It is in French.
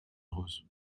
rose